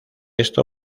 esto